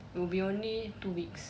will be only two weeks